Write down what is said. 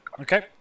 Okay